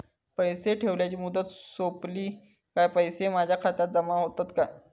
पैसे ठेवल्याची मुदत सोपली काय पैसे माझ्या खात्यात जमा होतात काय?